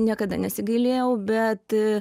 niekada nesigailėjau bet